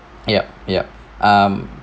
yup yup um